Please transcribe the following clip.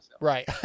Right